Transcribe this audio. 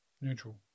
neutral